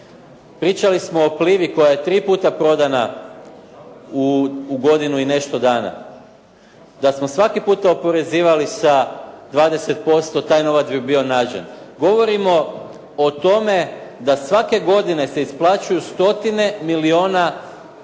Pričali smo o “Plivi“ koja je tri puta prodana u godinu i nešto dana. Da smo svaki puta oporezivali sa 20% taj novac bi bio nađen. Govorimo o tome da svake godine se isplaćuju stotine milijuna kuna